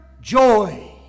joy